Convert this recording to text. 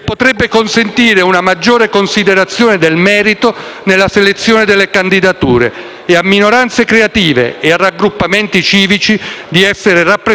nella selezione delle candidature, e a minoranze creative e raggruppamenti civici di essere rappresentati nel prossimo Parlamento. Infine